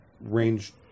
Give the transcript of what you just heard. range